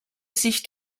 sich